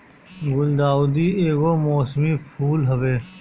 गुलदाउदी एगो मौसमी फूल हवे